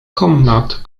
komnat